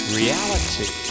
reality